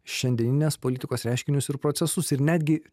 šiandieninės politikos reiškinius ir procesus ir netgi